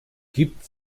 gibt